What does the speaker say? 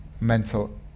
mental